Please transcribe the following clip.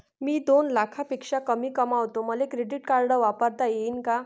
मी दोन लाखापेक्षा कमी कमावतो, मले क्रेडिट कार्ड वापरता येईन का?